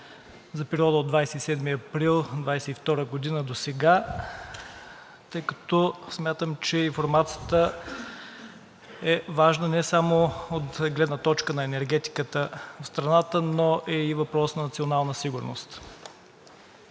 за периода от 27 април 2022 г. досега, тъй като смятам, че информацията е важна не само от гледна точка на енергетиката на страната, но е и въпрос на национална сигурност.